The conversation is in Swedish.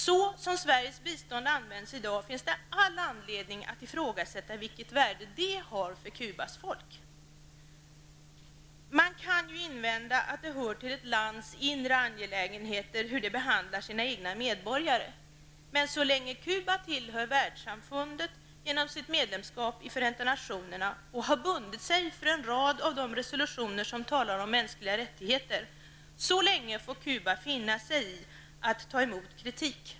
Så som Sveriges bistånd används i dag finns det all anledning att ifrågasätta vilket värde det har för Cubas folk. Man kan ju invända att det hör till ett lands inre angelägenheter hur det behandlar sina egna medborgare. Men så länge Cuba tillhör världssamfundet genom sitt medlemskap i FN och har bundit sig för en rad av de resolutioner som talar om mänskliga rättigheter, så länge får Cuba finna sig i att ta emot kritik.